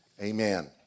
amen